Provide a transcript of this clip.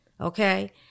Okay